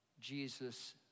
Jesus